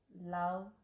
love